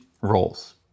roles